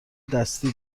دستی